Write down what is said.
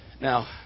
Now